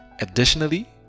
Additionally